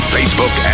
Facebook